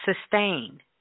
sustain